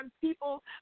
people